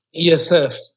ESF